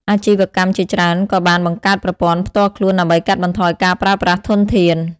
អាជីវកម្មជាច្រើនក៏បានបង្កើតប្រព័ន្ធផ្ទាល់ខ្លួនដើម្បីកាត់បន្ថយការប្រើប្រាស់ធនធាន។